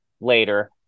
later